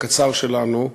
הקצר שלנו,